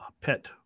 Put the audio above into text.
pet